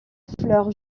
fleur